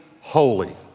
holy